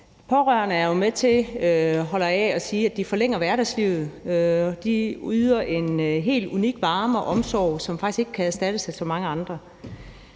med til, holder jeg af at sige, at forlænge hverdagslivet. De yder en helt unik varme og omsorg, som faktisk ikke kan erstattes af så mange andre.